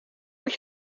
moet